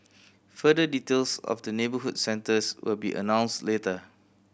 further details of the neighbourhood centres will be announced later